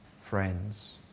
friends